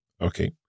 Okay